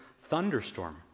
thunderstorm